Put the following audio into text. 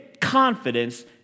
confidence